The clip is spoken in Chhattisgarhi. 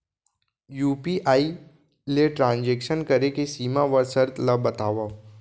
यू.पी.आई ले ट्रांजेक्शन करे के सीमा व शर्त ला बतावव?